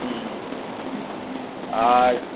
হুম আর